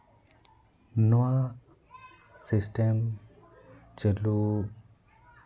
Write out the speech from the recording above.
ᱱᱚᱣᱟ ᱥᱤᱥᱴᱮᱢ ᱪᱟᱹᱞᱩ